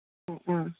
മ് ആ